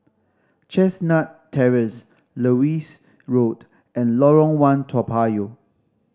Chestnut Terrace Lewis Road and Lorong One Toa Payoh